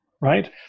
right